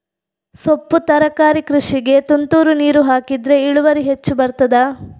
ಸೊಪ್ಪು ತರಕಾರಿ ಕೃಷಿಗೆ ತುಂತುರು ನೀರು ಹಾಕಿದ್ರೆ ಇಳುವರಿ ಹೆಚ್ಚು ಬರ್ತದ?